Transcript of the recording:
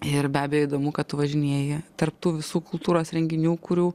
ir be abejo įdomu kad tu važinėji tarp tų visų kultūros renginių kurių